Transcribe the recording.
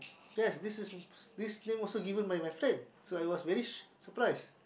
yes this is this name also given by my friend so I was very surprised